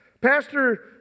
Pastor